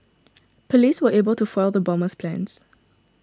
police were able to foil the bomber's plans